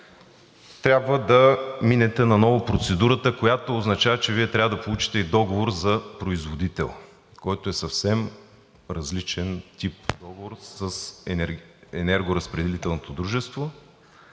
трябва да минете наново процедурата. Означава, че Вие трябва да получите и договор за производител, което е съвсем различен тип договор с